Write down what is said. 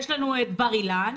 יש לנו את בר אילן,